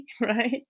right